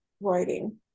writing